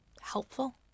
Helpful